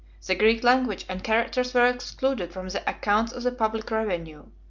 the greek language and characters were excluded from the accounts of the public revenue.